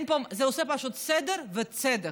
זה עושה פשוט סדר וצדק,